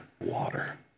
water